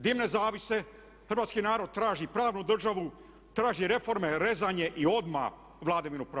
Dimne zavjese, hrvatski narod traži pravnu državu, traži reforme, rezanje i odmah vladavinu prava.